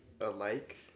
alike